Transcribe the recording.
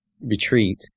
retreat